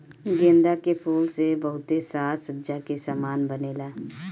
गेंदा के फूल से बहुते साज सज्जा के समान बनेला